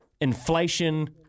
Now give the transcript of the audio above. Inflation